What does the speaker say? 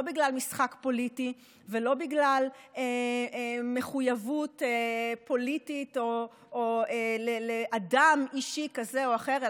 לא בגלל משחק פוליטי ולא בגלל מחויבות פוליטית לאדם אישי כזה או אחר,